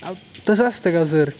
अहो तसं असतंय का सर